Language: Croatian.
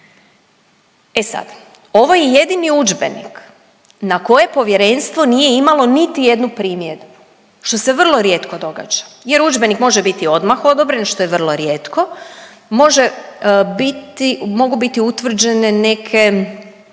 E sad, ovo je jedini udžbenik na koje Povjerenstvo nije imalo niti jednu primjedbu, što se vrlo rijetko događaja jer udžbenik može biti odmah odobren što je vrlo rijetko, može biti mogu biti utvrđene neke